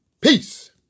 Peace